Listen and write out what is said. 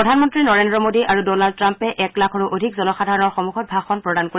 প্ৰধানমন্ত্ৰী নৰেন্দ্ৰ মোদী আৰু ডনাল্ড ট্টাম্পে এক লাখৰো অধিক জনসাধাৰণৰ সন্মুখত ভাষণ প্ৰদান কৰিব